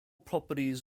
properties